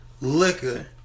Liquor